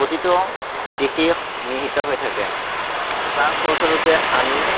প্ৰতিটো দিশেই নিহিত হৈ থাকে যাৰ ফলস্বৰূপে আমি